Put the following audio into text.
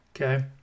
Okay